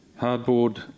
Hardboard